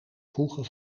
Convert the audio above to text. voegen